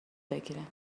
بگیرم